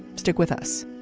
stick with us